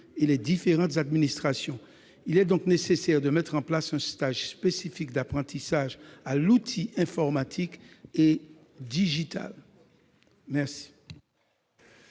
et les différentes administrations. Il est donc nécessaire de mettre en place un stage spécifique de formation à l'outil informatique et digital. Quel